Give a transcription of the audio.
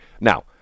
Now